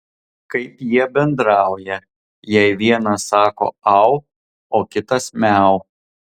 kaip jie bendrauja jei vienas sako au o kitas miau